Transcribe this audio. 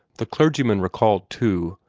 the clergyman recalled, too,